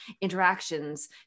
interactions